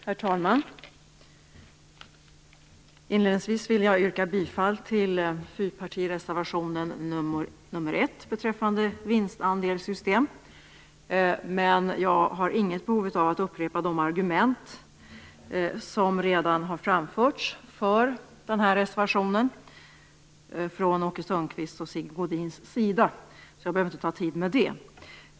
Herr talman! Inledningsvis vill jag yrka bifall till fyrpartireservationen nr 1 beträffande vinstandelssystem. Men jag har inget behov av att upprepa de argument som redan har framförts för den här reservationen av Åke Sundqvist och Sigge Godin. Jag behöver inte ta upp tid med det.